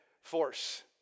force